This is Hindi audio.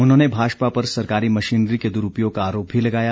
उन्होंने भाजपा पर सरकारी मशीनरी के दुरूपयोग का आरोप भी लगाया